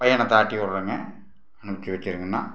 பையனை தாட்டி விட்றேங்க